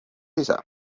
ise